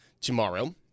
tomorrow